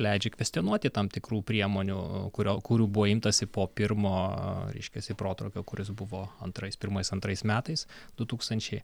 leidžia kvestionuoti tam tikrų priemonių kurio kurių buvo imtasi po pirmo reiškiasi protrūkio kuris buvo antrais pirmais antrais metais du tūkstančiai